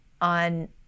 on